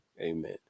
amen